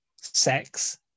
sex